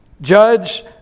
Judge